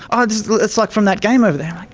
ah it's it's like from that game over there.